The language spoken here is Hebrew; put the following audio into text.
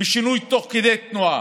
בשינוי תוך כדי תנועה,